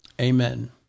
Amen